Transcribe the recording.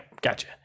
gotcha